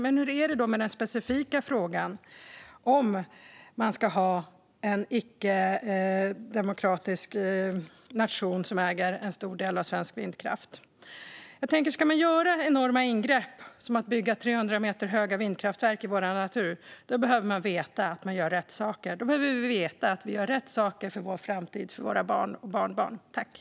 Men hur är det med den specifika frågan om man ska ha en icke-demokratisk nation som äger en stor del av svensk vindkraft? Om man ska göra enorma ingrepp som att bygga 300 meter höga vindkraftverk i vår natur behöver man veta att man gör rätt saker. Då behöver man veta att man gör rätt saker för vår framtid, för våra barn och för våra barnbarn.